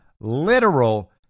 literal